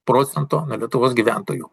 procento nuo lietuvos gyventojų